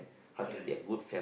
correct